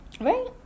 Right